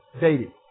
Dating